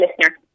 listener